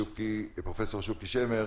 שפרופסור שוקי שמר